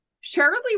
Shirley